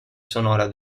sonora